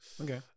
Okay